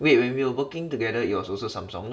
wait when we were working together it was also Samsung no [what]